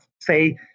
say